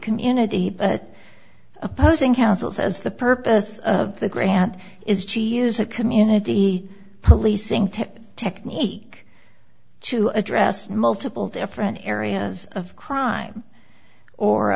community but opposing counsel says the purpose of the grant is choose a community policing technique to address multiple different areas of crime or